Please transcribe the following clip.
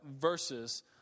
verses